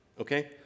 okay